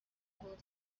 بود